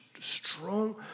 Strong